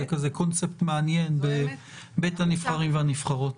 זה כזה קונספט מעניין בבית הנבחרים והנבחרות.